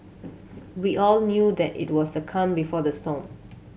we all knew that it was the calm before the storm